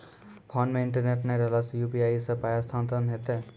Phone मे internet नै रहला सॅ, यु.पी.आई सॅ पाय स्थानांतरण हेतै?